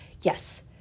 Yes